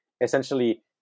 essentially